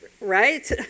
right